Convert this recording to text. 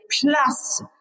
plus